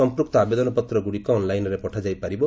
ସମ୍ପୁକ୍ତ ଆବେଦନପତ୍ର ଗୁଡ଼ିକ ଅନ୍ଲାଇନ୍ରେ ପଠାଯାଇ ପାରିବ